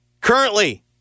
Currently